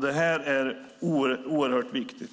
Det är oerhört viktigt.